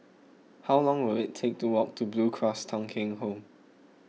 how long will it take to walk to Blue Cross Thong Kheng Home